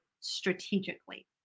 strategically